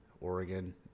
Oregon